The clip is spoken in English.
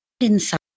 inside